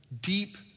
deep